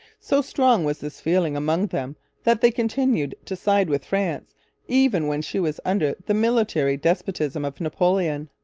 so strong was this feeling among them that they continued to side with france even when she was under the military despotism of napoleon.